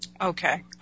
Okay